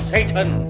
Satan